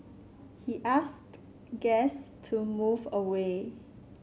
he asked guests to move away